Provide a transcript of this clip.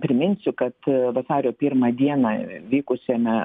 priminsiu kad vasario pirmą dieną vykusiame